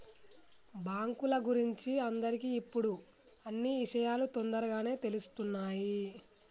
బాంకుల గురించి అందరికి ఇప్పుడు అన్నీ ఇషయాలు తోందరగానే తెలుస్తున్నాయి